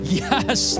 yes